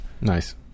Nice